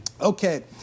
Okay